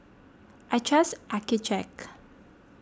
I trust Accucheck